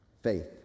Faith